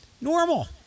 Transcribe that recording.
normal